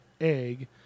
egg